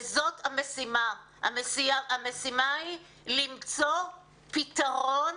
זאת המשימה, המשימה היא למצוא פתרון